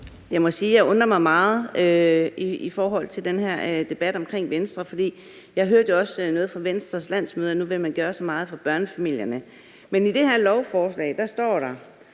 jeg undrer mig meget over Venstre i den her debat, for jeg hørte jo også fra Venstres landsmøde, at nu vil man gøre så meget for børnefamilierne, men i det her lovforslag står der,